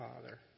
Father